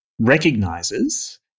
recognizes